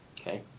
Okay